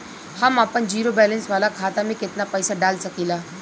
हम आपन zero balance वाला खाता मे केतना पईसा डाल सकेला?